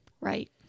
Right